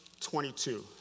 22